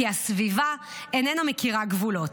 כי הסביבה איננה מכירה גבולות.